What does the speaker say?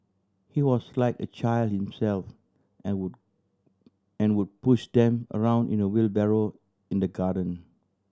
he was like a child himself and would and would push them around in a wheelbarrow in the garden